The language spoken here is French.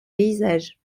paysages